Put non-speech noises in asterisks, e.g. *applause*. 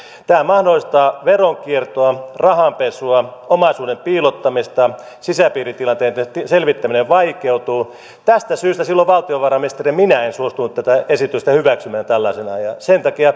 tämä mahdollistaa veronkiertoa rahanpesua omaisuuden piilottamista sisäpiiritilanteiden selvittäminen vaikeutuu tästä syystä silloin valtiovarainministeri minä en suostunut tätä esitystä hyväksymään tällaisenaan ja sen takia *unintelligible*